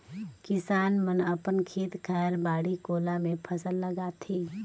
किसान मन अपन खेत खायर, बाड़ी कोला मे फसल लगाथे